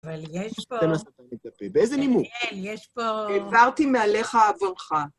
אבל יש פה... באיזה נימוק? כן, יש פה... העברתי מעליך עבורך.